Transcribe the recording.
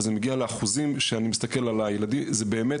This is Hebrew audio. אבל זה מגיע לאחוזים שאני מסתכל על הילדים זה באמת